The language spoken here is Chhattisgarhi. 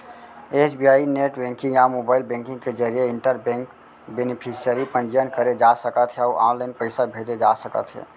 एस.बी.आई नेट बेंकिंग या मोबाइल बेंकिंग के जरिए इंटर बेंक बेनिफिसियरी पंजीयन करे जा सकत हे अउ ऑनलाइन पइसा भेजे जा सकत हे